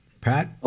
Pat